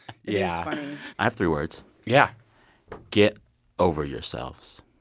yeah i have three words yeah get over yourselves.